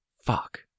Fuck